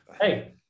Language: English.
Hey